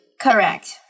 Correct